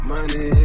Money